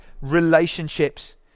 relationships